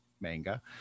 manga